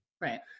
Right